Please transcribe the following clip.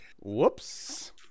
Whoops